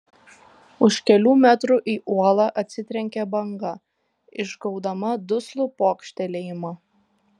už kelių metrų į uolą atsitrenkė banga išgaudama duslų pokštelėjimą